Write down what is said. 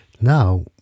Now